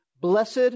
blessed